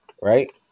right